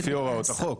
זה לפי הוראות החוק,